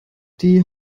die